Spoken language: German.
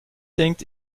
denkt